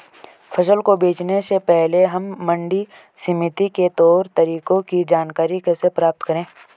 फसल को बेचने से पहले हम मंडी समिति के तौर तरीकों की जानकारी कैसे प्राप्त करें?